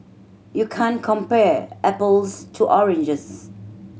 you can't compare apples to oranges